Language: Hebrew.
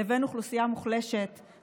לבין אוכלוסייה מוחלשת,